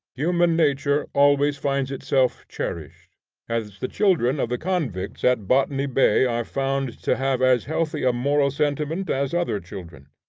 human nature always finds itself cherished as the children of the convicts at botany bay are found to have as healthy a moral sentiment as other children.